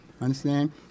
understand